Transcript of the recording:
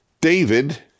David